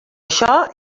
això